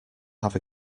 have